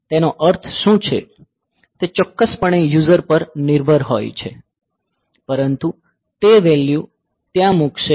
તેનો અર્થ શું છે તે ચોક્કસપણે યુઝર પર નિર્ભર હોય છે પરંતુ તે વેલ્યૂ ત્યાં મૂકશે